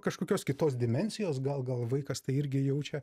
kažkokios kitos dimensijos gal gal vaikas tai irgi jaučia